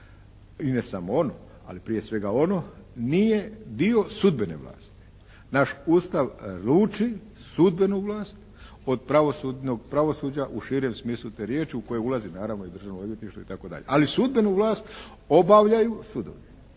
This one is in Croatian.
i ne samo ono, ali prije svega ono nije dio sudbene vlasti. Naš Ustav luči sudbenu vlast od pravosuđa u širem smislu te riječi u koje ulazi naravno i Državno odvjetništvo itd. Ali sudbenu vlast obavljaju sudovi